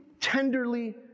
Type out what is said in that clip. tenderly